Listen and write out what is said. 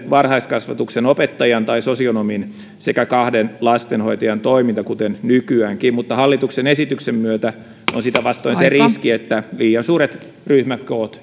varhaiskasvatuksen opettajan tai sosionomin sekä kahden lastenhoitajan toiminta kuten nykyäänkin mutta hallituksen esityksen myötä on sitä vastoin riski että liian suuret ryhmäkoot